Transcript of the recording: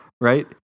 Right